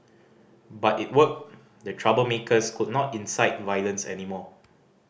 but it worked the troublemakers could not incite violence anymore